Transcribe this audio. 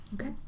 Okay